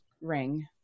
ring